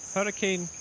Hurricane